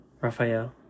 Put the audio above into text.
Raphael